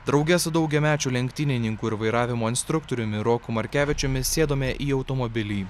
drauge su daugiamečiu lenktynininku ir vairavimo instruktoriumi roku markevičiumi sėdome į automobilį